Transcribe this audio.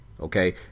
okay